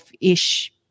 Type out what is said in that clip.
ish